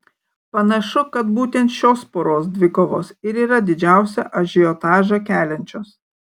panašu kad būtent šios poros dvikovos ir yra didžiausią ažiotažą keliančios